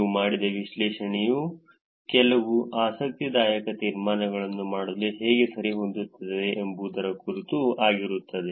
ನೀವು ಮಾಡಿದ ವಿಶ್ಲೇಷಣೆಯು ಕೆಲವು ಆಸಕ್ತಿದಾಯಕ ತೀರ್ಮಾನಗಳನ್ನು ಮಾಡಲು ಹೇಗೆ ಸರಿಹೊಂದುತ್ತದೆ ಎಂಬುದರ ಕುರಿತು ಆಗಿರುತ್ತದೆ